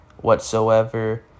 Whatsoever